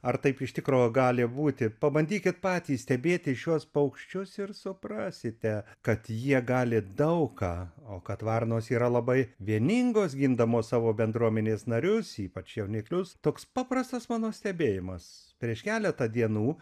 ar taip iš tikro gali būti pabandykit patys stebėti šiuos paukščius ir suprasite kad jie gali daug ką o kad varnos yra labai vieningos gindamos savo bendruomenės narius ypač jauniklius toks paprastas mano stebėjimas prieš keletą dienų